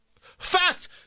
Fact